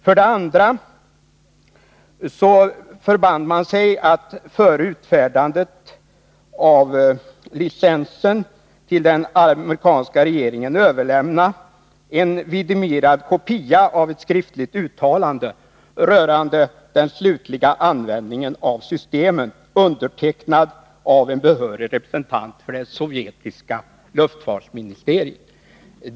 För det andra förband man sig att före utfärdandet av licensen till den amerikanska regeringen överlämna en vidimerad kopia av ett skriftligt uttalande rörande den slutliga användningen av systemet, undertecknat av en behörig representant för det sovjetiska luftfartsministeriet.